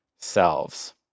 selves